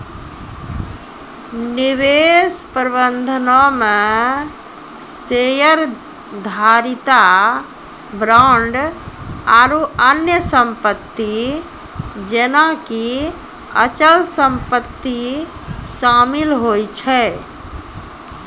निवेश प्रबंधनो मे शेयरधारिता, बांड आरु अन्य सम्पति जेना कि अचल सम्पति शामिल होय छै